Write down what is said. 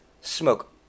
smoke